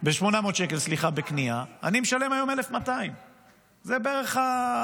היום אני משלם 1,200. אלה המספרים בערך.